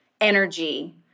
energy